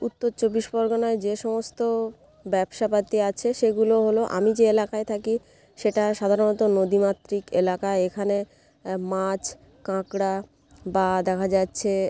উত্তর চব্বিশ পরগনায় যে সমস্ত ব্যবসাপাতি আছে সেগুলো হল আমি যে এলাকায় থাকি সেটা সাধারণত নদীমাতৃক এলাকা এখানে মাছ কাঁকড়া বা দেখা যাচ্ছে